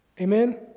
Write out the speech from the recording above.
Amen